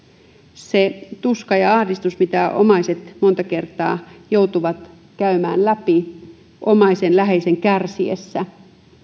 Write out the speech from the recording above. se tuska ja ahdistus mitä omaiset monta kertaa joutuvat käymään läpi omaisen läheisen kärsiessä